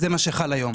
זה מה שחל היום.